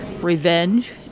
revenge